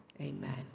Amen